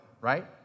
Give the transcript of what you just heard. right